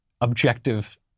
objective